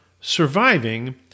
surviving